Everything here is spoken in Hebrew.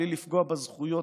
בלי לפגוע בזכויות,